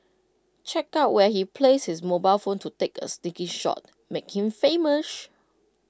check out where he placed his mobile phone to take A sneaky shot make him famous